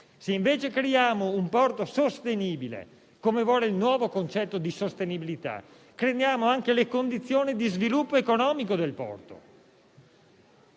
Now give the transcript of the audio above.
Se, invece, realizziamo un porto sostenibile, come richiede il nuovo concetto di sostenibilità, creiamo anche le condizioni di sviluppo economico del porto.